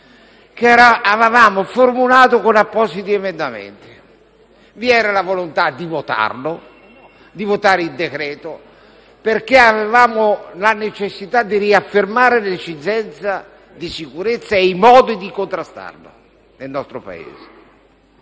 che avevamo formulato con appositi emendamenti. Vi era la volontà di votare a favore, perché avevamo la necessità di riaffermare l'esigenza di sicurezza contro i tentativi di contrastarla nel nostro Paese,